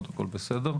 זאת אומרת,